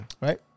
right